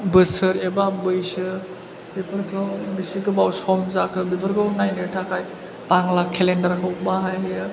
बोसोर एबा बैसो बेफोरखौ बेसे गोबाव सम जाखो बेफोरखौ नायनो थाखाय बांला केलेन्डारखौ बाहायो